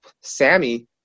Sammy